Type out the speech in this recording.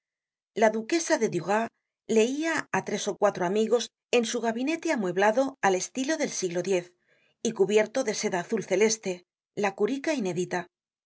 la duquesa de duras leia á tres ó cuatro amigos en su gabinete amueblado al estilo del siglo x y cubierto de seda azul celeste la qurika inédita